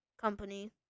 company